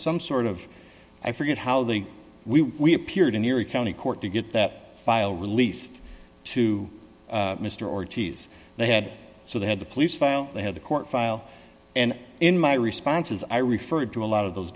some sort of i forget how they we appeared in erie county court to get that file released to mr ortiz they had so they had the police file they had the court file and in my responses i referred to a lot of those